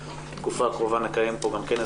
בתקופה הקרובה אנחנו נקיים פה גם כנס